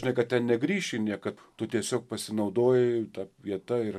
žinai kad ten negrįši niekad tu tiesiog pasinaudojai ta vieta ir